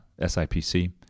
SIPC